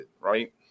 right